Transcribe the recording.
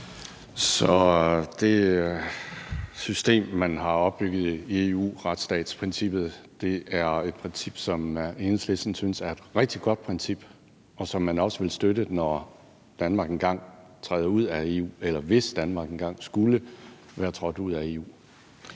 Så det system, man har opbygget i EU, altså retsstatsprincippet, er et princip, som Enhedslisten synes er et rigtig godt princip, og som man også vil støtte, når Danmark engang træder ud af EU – eller hvis Danmark engang skulle være trådt ud af EU?